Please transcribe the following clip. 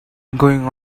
going